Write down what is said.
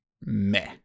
meh